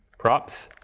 props.